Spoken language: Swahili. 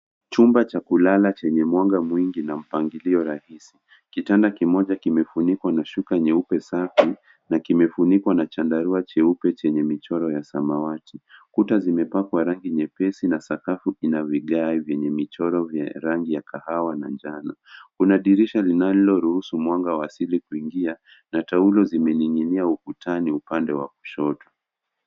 Chumba cha kulala chenye mwanga mwingi na mpangilio rahisi. Kitanda kimoja kimefunikwa na shuka nyeupe safi na kimefunikwa na chandarua jeupe chenye michoro ya samawati. Kuta zimepakwa rangi nyepesi na sakafu ina vigae vyenye michoro ya rangi ya kahawa na njano. Kuna dirisha linaloruhusu mwanga wa asili kuingia na taulo zimening'inia ukutani upande wa kushoto.